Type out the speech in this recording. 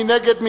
מי נגד?